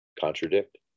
contradict